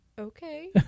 okay